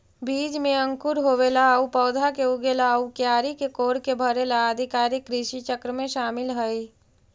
बीज में अंकुर होवेला आउ पौधा के उगेला आउ क्यारी के कोड़के भरेला आदि कार्य कृषिचक्र में शामिल हइ